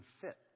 fit